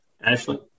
Ashley